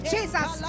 Jesus